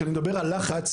כשאני מדבר על לחץ,